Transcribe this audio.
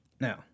Now